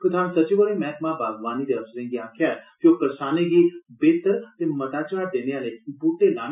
प्रधान सचिव होरें मैहकमा बागवानी दे अफसरें गी आक्खेआ जे ओ करसानें गी बेहतर ते मता झाड़ देने आले ब्हूटे लान